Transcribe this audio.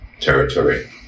territory